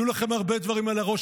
יהיו לכם הרבה דברים על הראש,